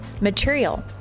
material